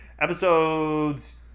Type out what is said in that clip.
Episodes